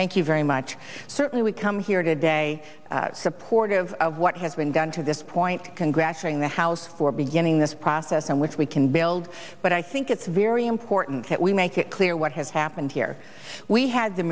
thank you very much certainly we come here today supportive of what has been done to this point congratulating the house for beginning this process on which we can build but i think it's very important that we make it clear what has happened here we had the